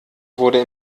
wurde